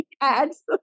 Ads